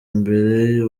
mbere